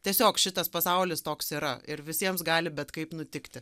tiesiog šitas pasaulis toks yra ir visiems gali bet kaip nutikti